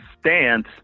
stance